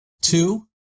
Two